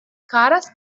caras